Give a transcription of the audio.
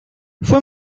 fue